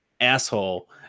asshole